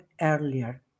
earlier